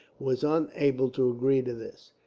was unable to agree to this.